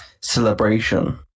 Celebration